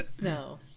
no